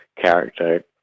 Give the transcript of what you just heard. character